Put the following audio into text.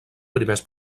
primers